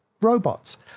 robots